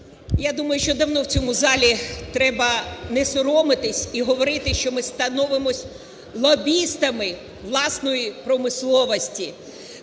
Я думаю, що давно в цьому залі треба не соромитись і говорити, що ми становимось лобістами власної промисловості.